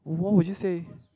what would you say